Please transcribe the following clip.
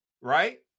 right